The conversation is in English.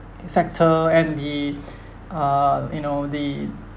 sector and the uh you know the